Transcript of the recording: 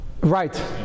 Right